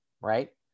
right